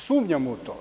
Sumnjamo u to.